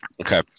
Okay